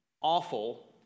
awful